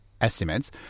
estimates